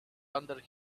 under